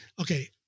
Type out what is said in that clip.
Okay